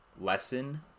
lesson